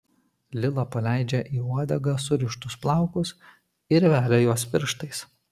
lila paleidžia į uodegą surištus plaukus ir velia juos pirštais